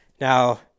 Now